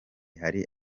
hari